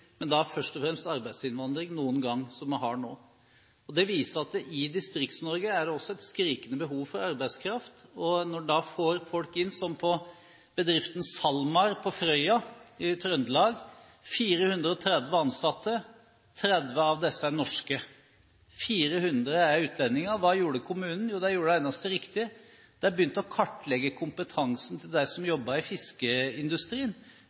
først og fremst arbeidsinnvandring – som vi har nå. Det viser at det også i Distrikts-Norge er et skrikende behov for arbeidskraft. Når en så får inn folk, som i bedriften SalMar på Frøya i Trøndelag – 430 ansatte, 30 av dem er norske, 400 er utlendinger – hva gjorde da kommunen? Jo, de gjorde det eneste riktige; de begynte å kartlegge kompetansen til dem som